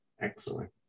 Excellent